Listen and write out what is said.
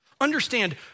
Understand